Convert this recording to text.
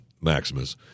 Maximus